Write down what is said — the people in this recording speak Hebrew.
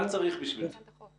מה צריך בשביל זה?